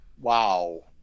wow